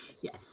Yes